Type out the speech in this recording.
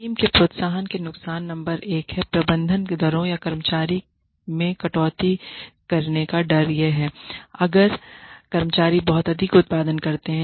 team के प्रोत्साहन के नुकसान नंबर एक हैं प्रबंधन दरों या कर्मचारियों में कटौती करेगाडर यह है अगर कर्मचारी बहुत अधिक उत्पादन करते हैं